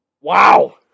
Wow